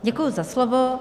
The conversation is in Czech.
Děkuji za slovo.